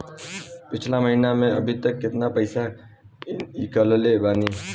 पिछला महीना से अभीतक केतना पैसा ईकलले बानी?